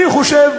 אני חושב,